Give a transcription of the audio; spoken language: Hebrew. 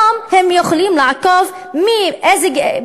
היא יכולה לעקוב אחרי נושא הפוליגמיה גם לא במקרים של איחוד משפחות,